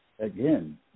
again